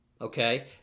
Okay